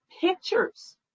pictures